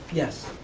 yes.